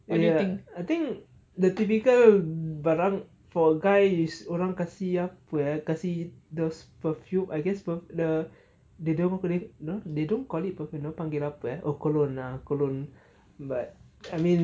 and ya I think the typical barang for guy is orang kasih apa eh kasih those perfume I guess the the they demo apa lagi uh they don't call it perfume dia orang panggil apa eh oh cologne ah cologne but I mean